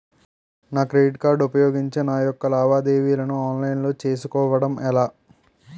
నా credit card ఉపయోగించి నా యెక్క లావాదేవీలను ఆన్లైన్ లో చేసుకోవడం ఎలా?